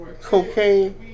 cocaine